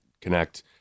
Connect